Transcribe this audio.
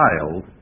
child